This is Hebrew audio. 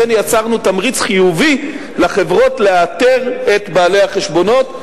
לכן יצרנו תמריץ חיובי לחברות לאתר את בעלי החשבונות.